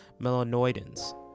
melanoidins